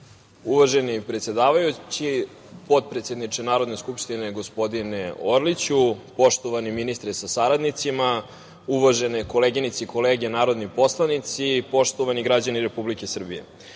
Uvaženi predsedavajući, potpredsedniče Narodne skupštine, gospodine Orliću, poštovani ministre sa saradnicima, uvažene koleginice i kolege narodni poslanici, poštovani građani Republike Srbije,